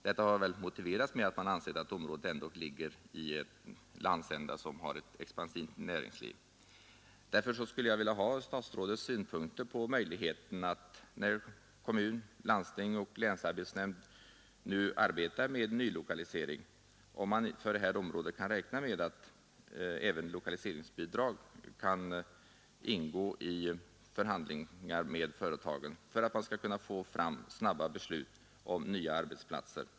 Detta har motiverats med att man ansett att området ändå ligger i en landsända som har ett expansivt näringsliv. Men när nu kommun, landsting och länsarbetsnämnd arbetar med nylokalisering skulle jag vilja ha statsrådets synpunkter på möjligheterna att kunna räkna även med lokaliseringsbidrag för att kunna ingå i förhandlingar med företagen för att man skall kunna fatta snabba beslut om nya arbetsplatser.